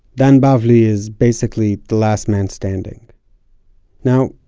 dan bavly is, basically, the last man standing now,